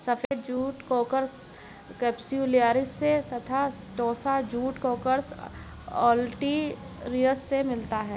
सफ़ेद jute Corchorus capsularis से तथा टोस्सा जूट कोर्कोरस ओलिटोरियस से मिलता है